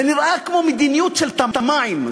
זה נראה כמו מדיניות של "טָמָעאים",